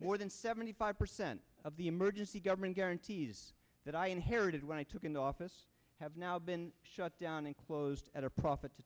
more than seventy five percent of the emergency government guarantees that i inherited when i took into office have now been shut down and closed at a profit to